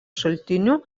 šaltinių